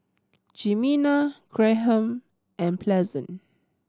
Jimena Graham and Pleasant